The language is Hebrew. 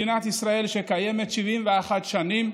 אל מדינת ישראל, שקיימת 71 שנים,